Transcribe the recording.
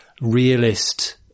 realist